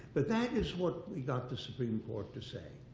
but that is what we got the supreme court to say,